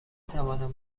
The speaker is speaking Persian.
توانم